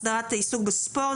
הסדרת העיסוק באימון ספורט),